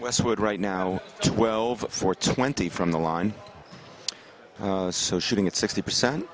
westwood right now twelve for twenty from the line so shooting it sixty percent